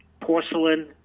porcelain